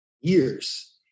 years